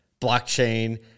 blockchain